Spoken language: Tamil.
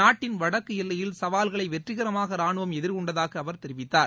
நாட்டின் வடக்கு எல்லையில் சவால்களை வெற்றிகரமாக ராணுவம் எதிர் கொண்டதாக அவர் தெரிவித்தார்